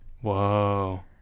whoa